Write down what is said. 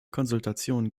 konsultation